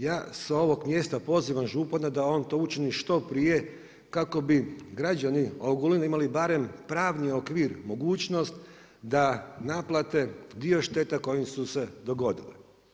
Ja sa ovog mjesta pozivam župana da on to učini što prije kako bi građani Ogulina imali barem pravni okvir, mogućnost da naplate dio šteta koje su se dogodile.